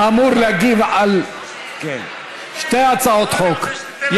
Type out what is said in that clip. הוא אמור להגיב על שתי הצעות חוק,